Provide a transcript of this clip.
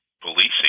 policing